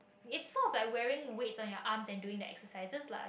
is sort of like wearing weight on your arm and doing the exercises lah